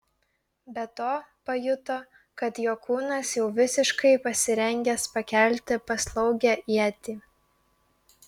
be to pajuto kad jo kūnas jau visiškai pasirengęs pakelti paslaugią ietį